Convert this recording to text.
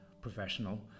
professional